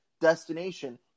destination